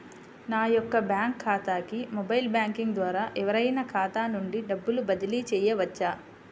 నా యొక్క బ్యాంక్ ఖాతాకి మొబైల్ బ్యాంకింగ్ ద్వారా ఎవరైనా ఖాతా నుండి డబ్బు బదిలీ చేయవచ్చా?